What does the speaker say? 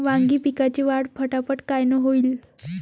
वांगी पिकाची वाढ फटाफट कायनं होईल?